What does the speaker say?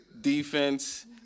Defense